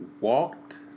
walked